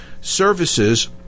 services